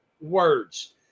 words